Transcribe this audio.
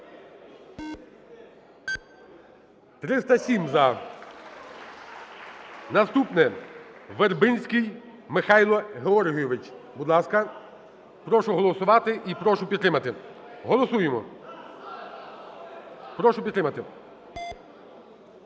За-307 Наступне: Вербенський Михайло Георгійович. Будь ласка. Прошу голосувати і прошу підтримати. Голосуємо, прошу підтримати.